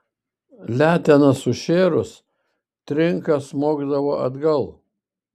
letena sušėrus trinka smogdavo atgal